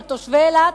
תושבי אילת,